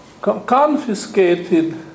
confiscated